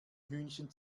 hühnchen